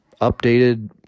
updated